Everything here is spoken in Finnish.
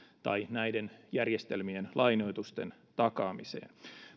tai näiden järjestelmien lainoitusten takaamiseen